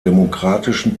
demokratischen